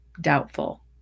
doubtful